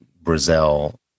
Brazil